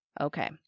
Okay